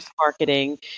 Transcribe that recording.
Marketing